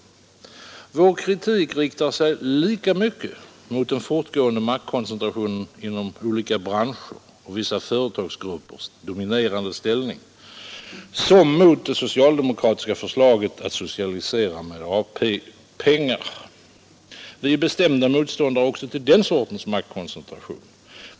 Vår kritik riktar sig lika mycket mot den fortgående maktkoncentrationen inom olika branscher och vissa företagsgruppers dominerande ställning som mot det socialdemokratiska förslaget att socialisera med AP-pengar. Vi är bestämda motståndare också till den sortens maktkoncentration.